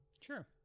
Sure